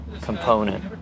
component